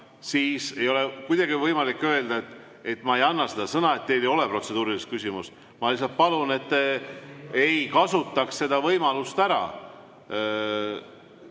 siis ei ole juhatajal kuidagi võimalik öelda, et ma ei anna talle sõna, sest ei ole protseduurilist küsimust. Ma lihtsalt palun, et te ei kasutaks seda võimalust ära